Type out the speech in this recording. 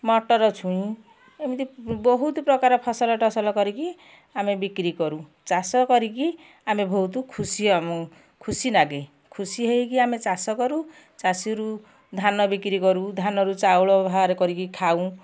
ମଟର ଛୁଇଁ ଏମିତି ବହୁତ ପ୍ରକାର ଫସଲ ଟସଲ କରିକି ଆମେ ବିକ୍ରି କରୁ ଚାଷ କରିକି ଆମେ ବହୁତ ଖୁସି ଆମ ଖୁସି ଲାଗେ ଖୁସି ହେଇକି ଆମେ ଚାଷ କରୁ ଚାଷୀରୁ ଧାନ ବିକ୍ରି କରୁ ଧାନରୁ ଚାଉଳ ଭାରକରିକି ଖାଉ